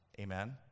amen